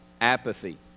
Apathy